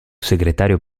segretario